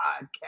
podcast